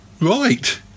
Right